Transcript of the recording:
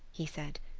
he said,